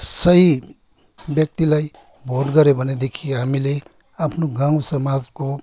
सही व्यक्तिलाई भोट गर्यो भनेदेखि हामीले आफ्नो गाउँ समाजको